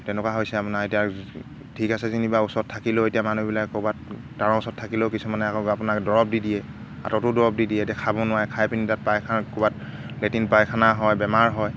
তেনেকুৱা হৈছে মানে এতিয়া ঠিক আছে যেনিবা ওচৰত থাকিলেও এতিয়া মানুহবিলাক ক'ৰবাত টাৱাৰৰ ওচৰত থাকিলেও কিছুমানে আকৌ আপোনাৰ দৰৱ দি দিয়ে আঁতৰতো দৰৱ দি দিয়ে এতিয়া খাব নোৱাৰে খাই পিনি তাত পায়খ ক'ৰবাত লেট্ৰিন পায়খানা হয় বেমাৰ হয়